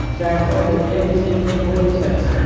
सैरसो केँ के किसिम नीक होइ छै?